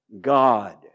God